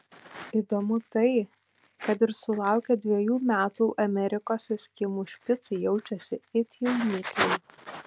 įdomu tai kad ir sulaukę dviejų metų amerikos eskimų špicai jaučiasi it jaunikliai